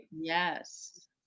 Yes